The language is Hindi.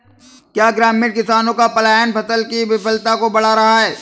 क्या ग्रामीण किसानों का पलायन फसल की विफलता को बढ़ा रहा है?